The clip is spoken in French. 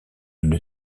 une